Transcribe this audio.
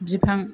बिफां